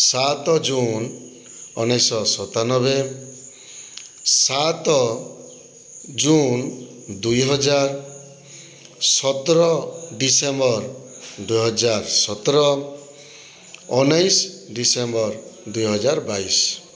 ସାତ ଜୁନ ଉଣେଇଶହସତାନବେ ସାତ ଜୁନ ଦୁଇହଜାର ସତର ଡିସେମ୍ବର ଦୁଇହଜାରସତର ଉଣେଇଶ ଡିସେମ୍ବର ଦୁଇହଜାର ବାଇଶ